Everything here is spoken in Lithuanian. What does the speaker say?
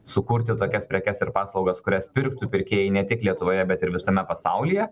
sukurti tokias prekes ir paslaugas kurias pirktų pirkėjai ne tik lietuvoje bet ir visame pasaulyje